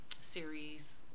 series